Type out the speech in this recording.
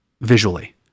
visually